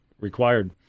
required